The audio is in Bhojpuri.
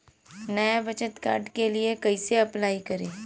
नया बचत कार्ड के लिए कइसे अपलाई करी?